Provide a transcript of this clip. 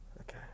Okay